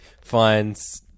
finds